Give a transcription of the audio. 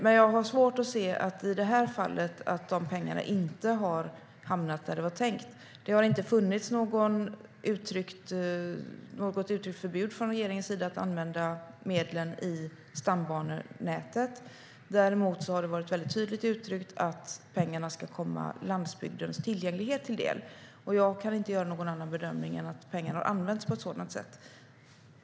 Men i det här fallet har jag svårt att se att pengarna inte skulle ha hamnat där det var tänkt. Det har inte funnits något uttryckligt förbud från regeringens sida mot att använda medlen i stambanenätet. Däremot har det varit väldigt tydligt uttryckt att pengarna ska komma landsbygdens tillgänglighet till del. Jag kan inte göra någon annan bedömning än att pengarna använts på ett sådant sätt.